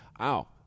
ow